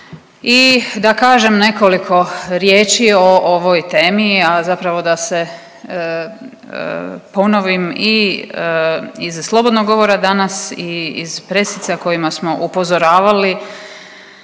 i da kažem nekoliko riječi o ovoj temi, a zapravo da se ponovim i iz slobodnog govora danas i iz presica kojima upozoravali